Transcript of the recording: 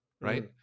Right